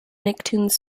nicktoons